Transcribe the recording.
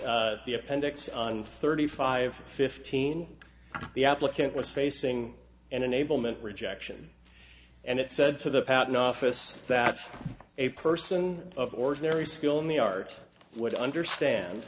the appendix on thirty five fifteen the applicant was facing and enablement rejection and it said to the patent office that a person of ordinary skill me art would understand